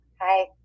Hi